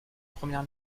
première